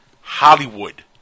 Hollywood